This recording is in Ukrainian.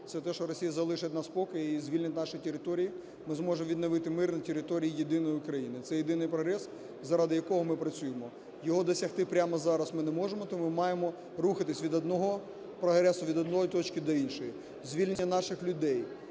це те, що Росія залишить нас в спокої і звільнить наші території, ми зможемо відновити мир на території єдиної України. Це єдиний прогрес, заради якого ми працюємо. Його досягти прямо зараз ми не можемо, тому маємо рухатися від одного прогресу, від однієї точки до іншої. Звільнення наших людей,